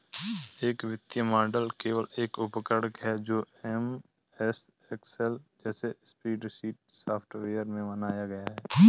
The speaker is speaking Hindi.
एक वित्तीय मॉडल केवल एक उपकरण है जो एमएस एक्सेल जैसे स्प्रेडशीट सॉफ़्टवेयर में बनाया गया है